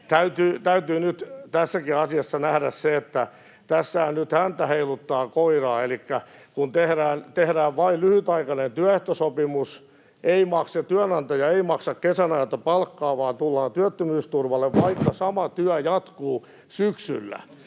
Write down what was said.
täytyy nyt tässäkin asiassa nähdä se, että tässähän nyt häntä heiluttaa koiraa. Elikkä kun tehdään vain lyhytaikainen työsopimus ja työnantaja ei maksa kesän ajalta palkkaa vaan tullaan työttömyysturvalle, vaikka sama työ jatkuu syksyllä,